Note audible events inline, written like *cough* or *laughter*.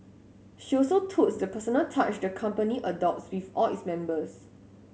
she also *unintelligible* the personal touch the company adopts with all its members